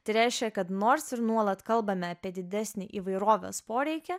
tai reiškia kad nors ir nuolat kalbame apie didesnį įvairovės poreikį